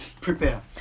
prepare